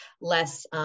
less